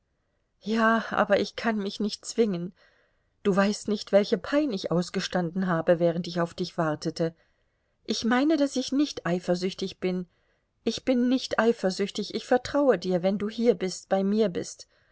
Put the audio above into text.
ja aber ich kann mich nicht zwingen du weißt nicht welche pein ich ausgestanden habe während ich auf dich wartete ich meine daß ich nicht eifersüchtig bin ich bin nicht eifersüchtig ich vertraue dir wenn du hier bist bei mir bist